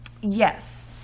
Yes